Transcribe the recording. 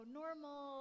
normal